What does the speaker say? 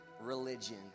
religion